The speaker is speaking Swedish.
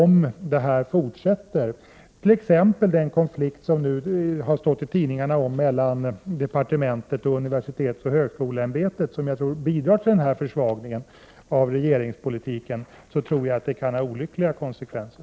Men om t.ex. den konflikt mellan departementet och universitetsoch högskoleämbetet som det har stått om i tidningarna och som jag tror bidrar till försvagningen av regeringspolitiken fortsätter, tror jag att det kan få olyckliga konsekvenser.